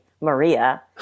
Maria